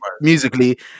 Musically